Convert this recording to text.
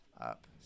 up